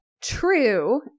true